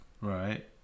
right